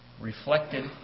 reflected